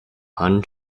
han